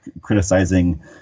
criticizing